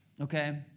okay